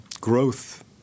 growth